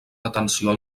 atenció